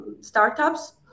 startups